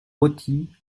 rôti